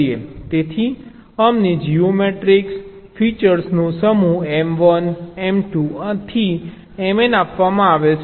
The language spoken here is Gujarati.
તેથી અમને જીઓમેટ્રીક ફિચર્સ નો સમૂહ M1 M2 થી Mn આપવામાં આવે છે